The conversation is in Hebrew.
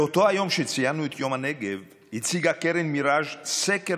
באותו היום שציינו את יום הנגב הציגה קרן מיראז' סקר